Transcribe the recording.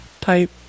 type